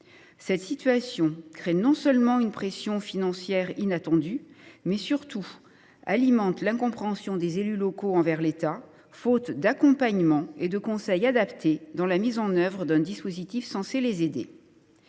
Cette situation non seulement crée une pression financière inattendue, mais surtout alimente l’incompréhension des élus locaux vis à vis de l’État, faute d’accompagnement et de conseils adaptés dans la mise en œuvre d’un dispositif censé les aider.